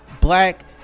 black